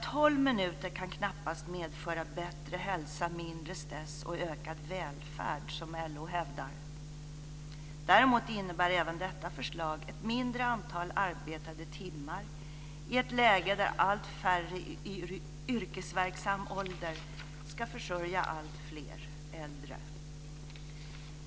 12 minuter kan knappast medföra bättre hälsa, mindre stress och ökad välfärd som LO hävdar. Däremot innebär även detta förslag ett mindre antal arbetade timmar, i ett läge där allt färre i yrkesverksam ålder ska försörja allt fler äldre.